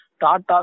Tata